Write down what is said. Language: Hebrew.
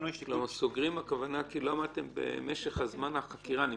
סוגרים הכוונה כי לא עמדתם במשך זמן החקירה.